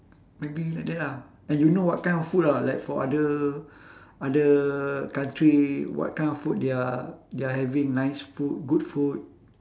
maybe like that ah and you know what kind of food ah for other other country what kind of food they are they are having nice food good food